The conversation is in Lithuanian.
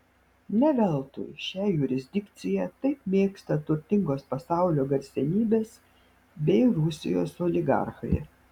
ne veltui šią jurisdikciją taip mėgsta turtingos pasaulio garsenybės bei rusijos oligarchai